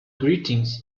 greetings